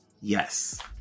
Yes